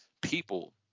people